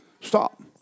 Stop